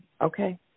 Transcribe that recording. Okay